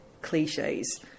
cliches